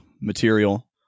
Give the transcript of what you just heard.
material